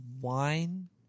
wine